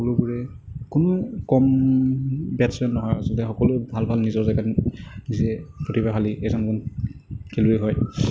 সকলোবোৰেই কোনো কম বেটছমেন নহয় আচলতে সকলো ভাল ভাল নিজৰ জেগাত নিজে প্ৰতিভাশালী এজন খেলুৱৈ হয়